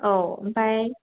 औ ओमफाय